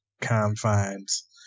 confines